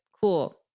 cool